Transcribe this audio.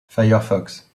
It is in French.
firefox